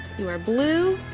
you are blue.